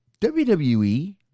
WWE